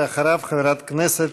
אחריו, חברת הכנסת